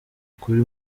ukuri